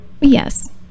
yes